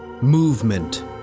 movement